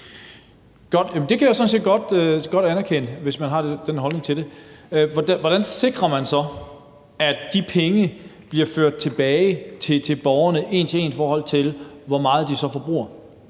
sådan set godt anerkende det, hvis man har den holdning til det. Hvordan sikrer man så, at de penge bliver ført tilbage til borgerne en til en, i forhold til hvor meget de så forbruger?